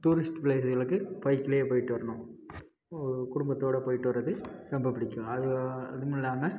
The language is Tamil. டூரிஸ்ட் ப்ளேஸுகளுக்கு பைக்கிலேயே போய்ட்டு வரணும் குடும்பத்தோடு போய்ட்டு வர்றது ரொம்ப பிடிக்கும் அது அதுவும் இல்லாமல்